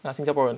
ah 新加坡人